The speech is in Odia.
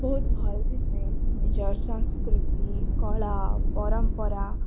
ବହୁତ୍ ଭଲ୍ ଥିସି ନିଜର୍ ସଂସ୍କୃତି କଳା ପରମ୍ପରା